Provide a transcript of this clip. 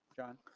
john.